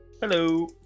Hello